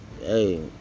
hey